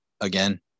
Again